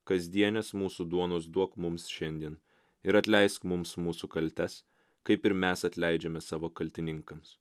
kasdienės mūsų duonos duok mums šiandien ir atleisk mums mūsų kaltes kaip ir mes atleidžiame savo kaltininkams